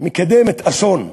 מקדמת אסון,